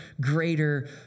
greater